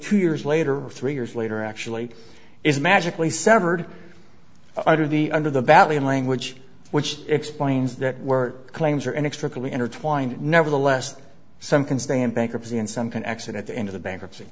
two years later three years later actually is magically severed under the under the badly in language which explains that work claims are inextricably intertwined nevertheless some can stay in bankruptcy and some can exit at the end of the bankruptcy